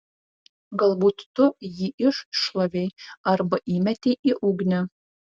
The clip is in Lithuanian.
galbūt tu jį iššlavei arba įmetei į ugnį